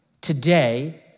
today